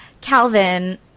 Calvin